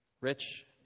rich